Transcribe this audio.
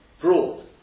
broad